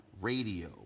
radio